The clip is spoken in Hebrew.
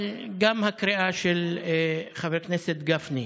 אבל גם הקריאה של חבר הכנסת גפני,